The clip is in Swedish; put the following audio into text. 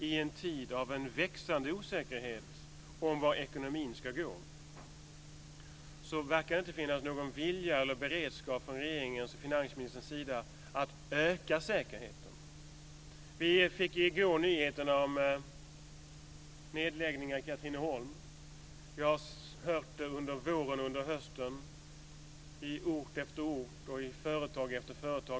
I en tid av växande osäkerhet om vart ekonomin ska gå verkar det inte finnas någon vilja eller beredskap från regeringens och finansministerns sida att öka säkerheten. I går fick vi nyheten om nedläggningar i Katrineholm. Under våren och hösten har vi hört om nedläggningar på ort efter ort och i företag efter företag.